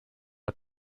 but